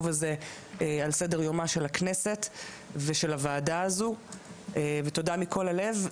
הזה על סדר יומה של הכנסת ושל הוועדה הזו ותודה מכל הלב,